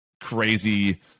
crazy